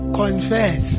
confess